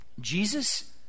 Jesus